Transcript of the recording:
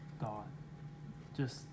God-just